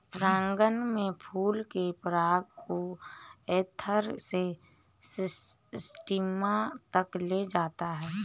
परागण में फल के पराग को एंथर से स्टिग्मा तक ले जाया जाता है